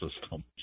system